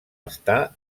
està